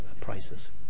prices